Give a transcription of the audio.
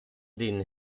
denen